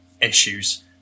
issues